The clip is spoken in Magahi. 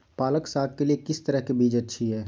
पालक साग के लिए किस तरह के बीज अच्छी है?